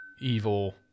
evil